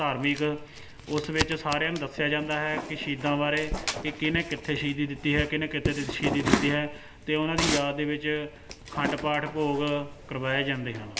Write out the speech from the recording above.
ਧਾਰਮਿਕ ਉਸ ਵਿੱਚ ਸਾਰਿਆਂ ਨੂੰ ਦੱਸਿਆ ਜਾਂਦਾ ਹੈ ਕਿ ਸ਼ਹੀਦਾਂ ਬਾਰੇ ਕਿ ਕਿਹਨੇ ਕਿੱਥੇ ਸ਼ਹੀਦੀ ਦਿੱਤੀ ਹੈ ਕਿਹਨੇ ਕਿੱਥੇ ਸ਼ਹੀਦੀ ਦਿੱਤੀ ਹੈ ਅਤੇ ਉਹਨਾਂ ਦੀ ਯਾਦ ਦੇ ਵਿੱਚ ਅਖੰਡ ਪਾਠ ਭੋਗ ਕਰਵਾਏ ਜਾਂਦੇ ਹਨ